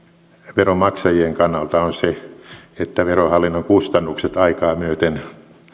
veronmaksajien kannalta on se että verohallinnon kustannukset aikaa myöten